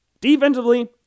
Defensively